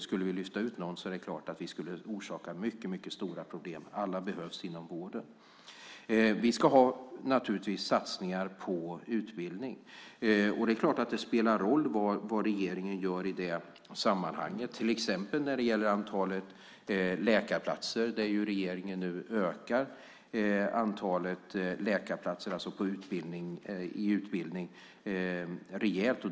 Skulle vi lyfta ut någon är det klart att vi skulle orsaka mycket stora problem. Alla behövs inom vården. Vi ska naturligtvis ha satsningar på utbildning. Det är klart att det spelar roll vad regeringen gör i det sammanhanget, till exempel när det gäller antalet läkarplatser i utbildningen som regeringen nu ökar rejält.